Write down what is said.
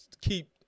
keep